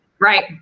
Right